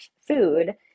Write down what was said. food